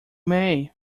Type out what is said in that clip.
may